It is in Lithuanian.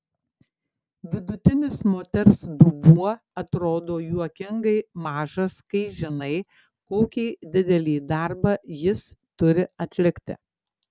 vidutinis moters dubuo atrodo juokingai mažas kai žinai kokį didelį darbą jis turi atlikti